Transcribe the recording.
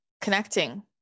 connecting